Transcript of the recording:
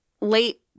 late